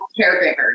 caregivers